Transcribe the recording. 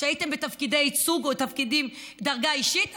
שהייתם בתפקידי ייצוג או בדרגה אישית.